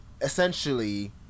essentially